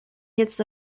jetzt